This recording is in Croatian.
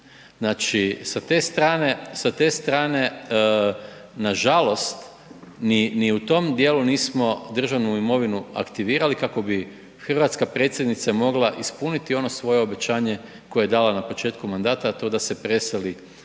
Znači, sa te strane nažalost ni u tom dijelu nismo državnu imovinu aktivirali kako bi hrvatska predsjednica mogla ispuniti ono svoje obećanje koje je dala na početku mandata, a to je da se preseli sa